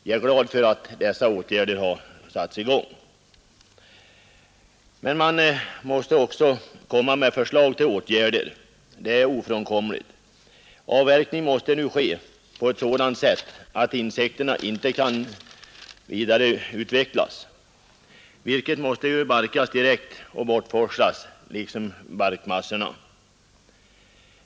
Jag är glad för att dessa åtgärder har vidtagits. Men det är ofrånkomligt att också sätta in andra åtgärder. Avverkning måste nu ske på ett sådant sätt att insekterna inte kan vidareutvecklas. Virket maste barkas direkt och bortforslas liksom barkmassorna.